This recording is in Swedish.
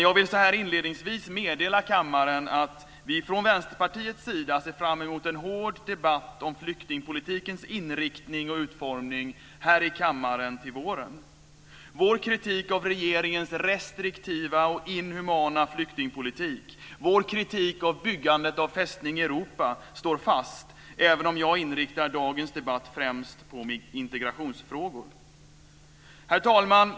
Jag vill så här inledningsvis meddela kammaren att vi från Vänsterpartiets sida ser fram emot en hård debatt om flyktingpolitikens inriktning och utformning här i kammaren till våren. Vår kritik av regeringens restriktiva och inhumana flyktingpolitik och vår kritik av byggandet av Fästning Europa står fast även om jag främst inriktar dagens debatt på integrationsfrågor. Herr talman!